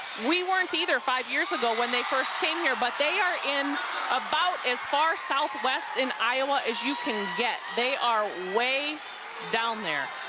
we weren't either five years ago when they first came here but they are in about as far southwest in iowa as you can get they are way down there,